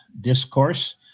discourse